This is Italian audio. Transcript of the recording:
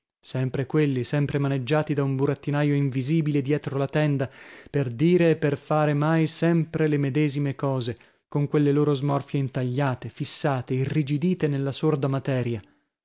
sempre quelli sempre maneggiati da un burattinaio invisibile dietro la tenda per dire e per fare mai sempre le medesime cose con quelle loro smorfie intagliate fissate irrigidite nella sorda materia